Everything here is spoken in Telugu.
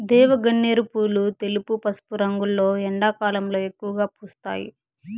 దేవగన్నేరు పూలు తెలుపు, పసుపు రంగులో ఎండాకాలంలో ఎక్కువగా పూస్తాయి